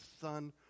son